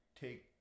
take